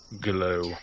glow